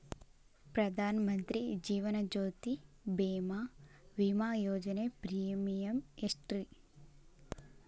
ಪ್ರಧಾನ ಮಂತ್ರಿ ಜೇವನ ಜ್ಯೋತಿ ಭೇಮಾ, ವಿಮಾ ಯೋಜನೆ ಪ್ರೇಮಿಯಂ ಎಷ್ಟ್ರಿ?